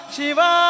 Shiva